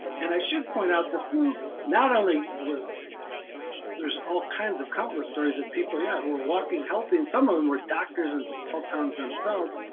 and i should point out the flu, not only was there's all kinds of countless stories of people yeah who are walking healthy and some of them were doctors in small towns themselves,